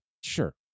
Sure